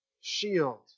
shield